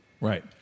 Right